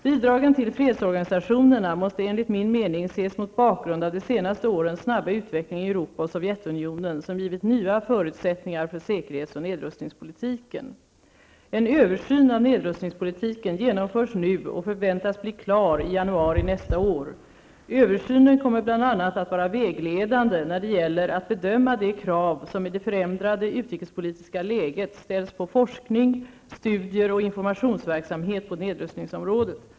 Bidragen till fredsorganisationerna måste enligt min mening ses mot bakgrund av de senaste årens snabba utveckling i Europa och Sovjetunionen, som givit nya förutsättningar för säkerhets och nedrustningspolitiken. En översyn av nedrustningspolitiken genomförs nu och förväntas bli klar i januari nästa år. Översynen kommer bl.a. att vara vägledande när det gäller att bedöma de krav som i det förändrade utrikespolitiska läget ställs på forskning, studier och informationsverksamhet på nedrustningsområdet.